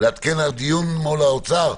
לעדכן על דיון מול האוצר?